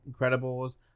Incredibles